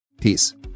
peace